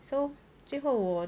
so 最后我